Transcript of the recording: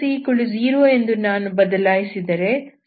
n0 ಎಂದು ನಾನು ಬದಲಾಯಿಸಿದರೆ c0